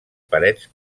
parets